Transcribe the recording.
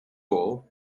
all